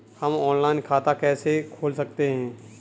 हम ऑनलाइन खाता कैसे खोल सकते हैं?